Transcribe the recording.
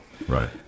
right